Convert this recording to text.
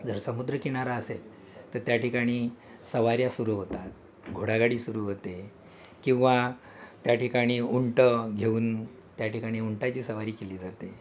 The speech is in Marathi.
जर समुद्रकिनारा असेल तर त्याठिकाणी सवाऱ्या सुरू होतात घोडागाडी सुरू होते किंवा त्याठिकाणी उंटं घेऊन त्याठिकाणी उंटाची सवारी केली जाते